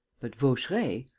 but vaucheray,